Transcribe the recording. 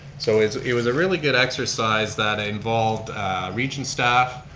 so it it was a really good exercise that involved region staff.